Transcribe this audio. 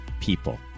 people